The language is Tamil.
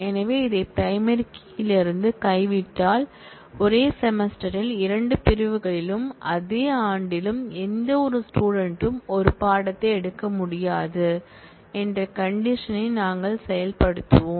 எனவே இதை பிரைமரி கீ யிலிருந்து கைவிட்டால் ஒரே செமஸ்டரில் 2 பிரிவுகளிலும் அதே ஆண்டிலும் எந்தவொரு ஸ்டூடெண்ட்ம் ஒரு பாடத்தை எடுக்க முடியாது என்ற கண்டிஷன்யை நாங்கள் செயல்படுத்துவோம்